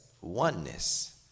oneness